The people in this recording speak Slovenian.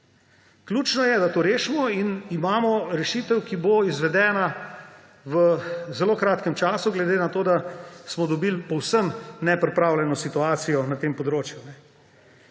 Ključno je, da to rešimo in imamo rešitev, ki bo izvedena v zelo kratkem času glede na to, da smo dobili povsem nepripravljeno situacijo na tem področju.